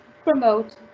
promote